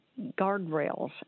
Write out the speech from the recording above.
guardrails